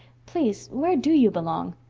please, where do you belong?